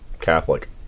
Catholic